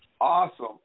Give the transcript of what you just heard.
awesome